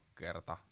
kerta